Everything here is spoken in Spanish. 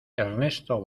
ernesto